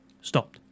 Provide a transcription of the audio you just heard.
stopped